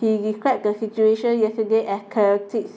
he described the situation yesterday as chaotics